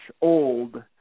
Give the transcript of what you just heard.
Old